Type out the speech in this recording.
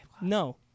no